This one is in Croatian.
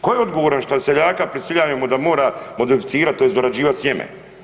Ko je odgovaran šta seljaka prisiljavamo da mora modificirat tj. dorađivat sjeme?